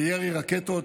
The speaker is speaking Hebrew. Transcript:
וירי רקטות,